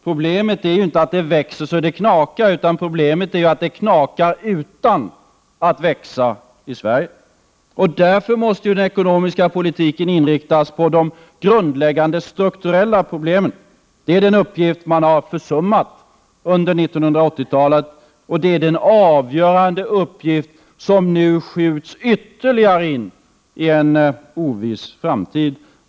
Problemet är ju inte att det växer så det knakar, utan att det knakar utan att växa i Sverige. Därför måste den ekonomiska politiken inriktas på de grundläggande strukturella problemen. Det är den uppgiften som man har försummat under hela 1980-talet, och det är den avgörande uppgift som nu skjuts ytterligare in i en oviss framtid.